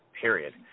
Period